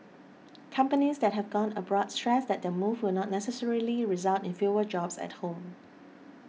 companies that have gone abroad stressed that their move will not necessarily result in fewer jobs at home